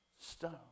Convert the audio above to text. stone